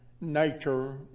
nature